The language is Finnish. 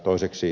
toiseksi